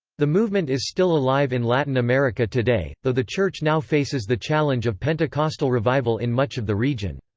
the movement is still alive in latin america today, though the church now faces the challenge of pentecostal revival in much of the region.